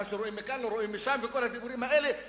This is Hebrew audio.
מה שרואים מכאן לא רואים משם וכל הדיבורים האלה.